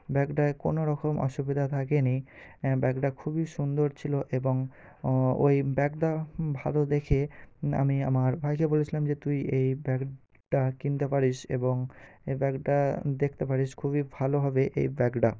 ব্যাগটায় কোনো রকম অসুবিধা থাকেনি ব্যাগটা খুবই সুন্দর ছিলো এবং ওই ব্যাগটা ভালো দেখে আমি আমার ভাইকে বলেছিলাম তুই এই ব্যাগটা কিনতে পারিস এবং এই ব্যাগটা দেখতে পারিস খুবই ভালো হবে এই ব্যাগটা